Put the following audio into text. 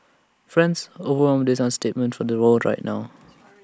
friends overwhelmed is the understatement of the world right now